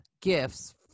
gifts